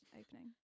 opening